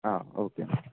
okay అండి